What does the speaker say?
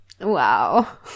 Wow